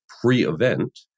pre-event